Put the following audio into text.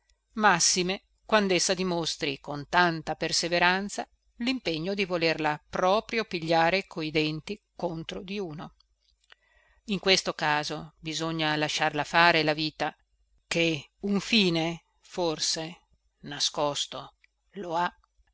massime quandessa dimostri con tanta perseveranza limpegno di volerla proprio pigliare coi denti contro di uno in questo caso bisogna lasciarla fare la vita ché un fine forse nascosto lo ha